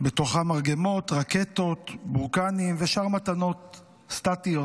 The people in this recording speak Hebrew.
בתוכם מרגמות, רקטות, בורקנים ושאר מתנות סטטיות